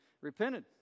repented